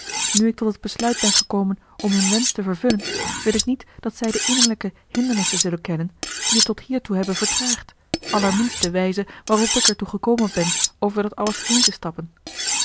nu ik tot het besluit ben gekomen om hun wensch te vervullen wil ik niet dat zij de innerlijke hindernissen zullen kennen die het tot hiertoe hebben vertraagd allerminst de wijze waarop ik er toe gekomen ben over dat alles heen te stappen